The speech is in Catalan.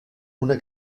una